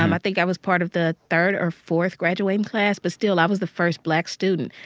um i think i was part of the third or fourth graduating class. but still, i was the first black student.